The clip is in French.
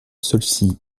saulcy